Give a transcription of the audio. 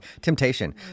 Temptation